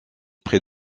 près